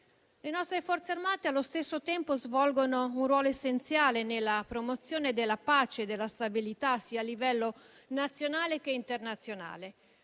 Le nostre Forze armate, allo stesso tempo, svolgono un ruolo essenziale nella promozione della pace e della stabilità sia a livello nazionale che internazionale.